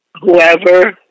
whoever